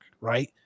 right